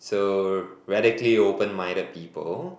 so radically open minded people